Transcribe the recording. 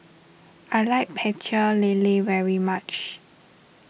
I like Pecel Lele very much